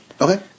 Okay